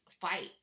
fight